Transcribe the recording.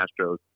Astros